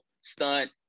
stunt